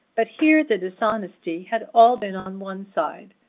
but here the dishonesty had all been on one side,